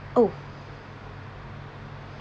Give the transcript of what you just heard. oh